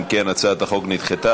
אם כן, הצעת החוק נדחתה.